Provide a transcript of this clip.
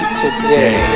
today